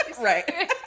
Right